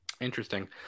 Interesting